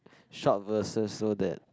short verses so that